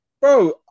Bro